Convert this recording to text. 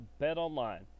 BetOnline